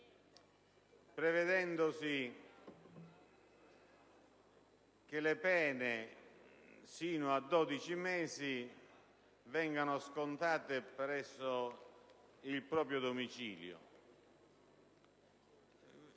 prevedendo che le pene sino a 12 mesi vengano scontate presso il proprio domicilio.